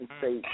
say